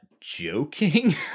joking